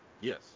Yes